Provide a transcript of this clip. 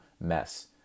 mess